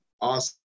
awesome